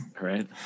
right